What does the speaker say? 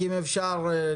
אם אפשר,